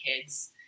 kids